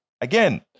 Again